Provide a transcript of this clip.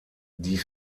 die